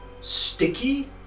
sticky